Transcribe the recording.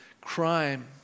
crime